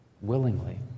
willingly